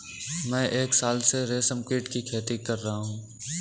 मैं एक साल से रेशमकीट की खेती कर रहा हूँ